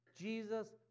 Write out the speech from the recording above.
Jesus